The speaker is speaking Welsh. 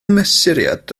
mesuriad